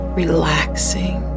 relaxing